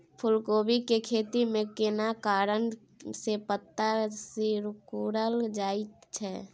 फूलकोबी के खेती में केना कारण से पत्ता सिकुरल जाईत छै?